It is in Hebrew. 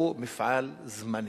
הוא מפעל זמני.